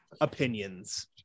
opinions